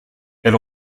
elle